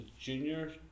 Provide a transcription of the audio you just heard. junior